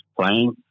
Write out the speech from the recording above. playing